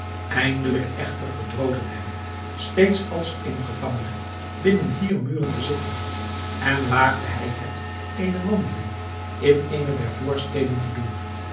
eindelijk echter verdroot het hem steeds als een gevangene binnen vier muren te zitten en waagde hij het eene wandeling in eene der voorsteden te doen